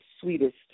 sweetest